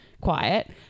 quiet